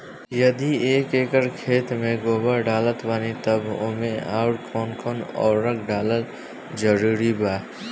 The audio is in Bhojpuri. यदि एक एकर खेत मे गोबर डालत बानी तब ओमे आउर् कौन कौन उर्वरक डालल जरूरी बा?